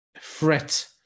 fret